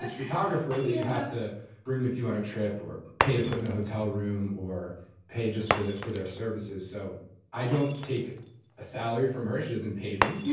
and photographer that you have to bring with you on a trip or pay to put in a hotel room or pay just for that for their services so i don't take a salary from her. she doesn't pay me.